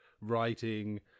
writing